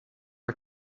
our